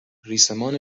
ریسمان